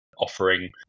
offering